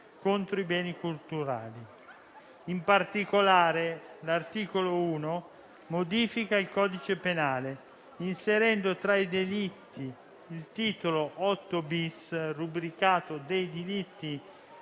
In particolare, l'articolo 1 modifica il codice penale inserendo tra i delitti il titolo VIII-*bis*, rubricato «Dei delitti contro